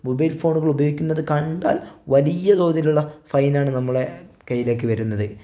mobile ഫോണുകൾ ഉപയോഗിക്കുന്നത് കണ്ടാൽ വലിയ തോതിലുള്ള ഫൈൻ ആണ് നമ്മുടെ കയ്യിലേക്ക് വരുന്നത്